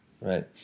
right